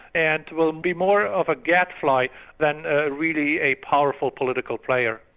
and will be more of a gadfly than ah really a powerful political player.